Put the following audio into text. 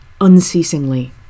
unceasingly